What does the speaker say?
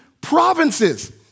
provinces